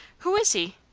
who is he?